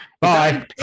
Bye